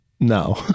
No